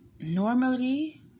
normally